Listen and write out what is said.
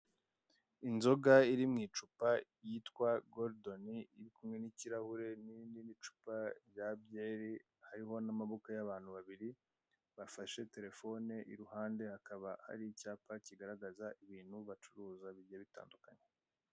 Inzoga ari mu icupa ryitwa gorudoni iri kumwe n'ikirahure n'icupa rya byeri hari n'abantu babairi bafashe telefone iruhande hakaba hari icyapa kigarahaza ibintu bacuruza bigiye btandukanye.